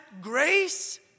grace